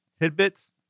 tidbits